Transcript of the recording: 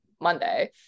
Monday